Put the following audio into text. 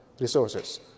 resources